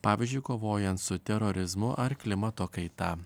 pavyzdžiui kovojant su terorizmu ar klimato kaita